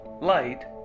light